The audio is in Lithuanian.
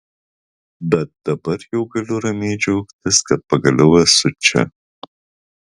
bet dabar jau galiu ramiai džiaugtis kad pagaliau esu čia